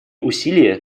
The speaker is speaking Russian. усилия